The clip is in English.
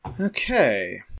Okay